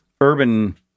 urban